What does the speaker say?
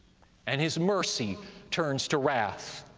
and his mercy turns to wrath.